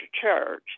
church